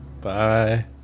Bye